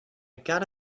gotta